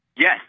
Yes